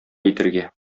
әйтергә